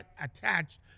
attached